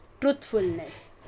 truthfulness